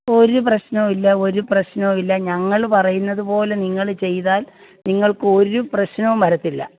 ഒരു പ്രശ്നവും ഇല്ല ഒരു പ്രശ്നവും ഇല്ല ഞങ്ങൾ പറയുന്നത് പോലെ നിങ്ങൾ ചെയ്താൽ നിങ്ങൾക്ക് ഒരു പ്രശ്നവും വരത്തില്ല